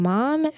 Mom